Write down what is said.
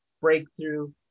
breakthrough